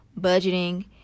budgeting